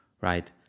right